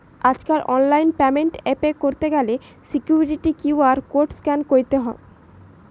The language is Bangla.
আজকাল অনলাইন পেমেন্ট এ পে কইরতে গ্যালে সিকুইরিটি কিউ.আর কোড স্ক্যান কইরে